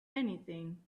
anything